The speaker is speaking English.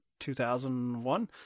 2001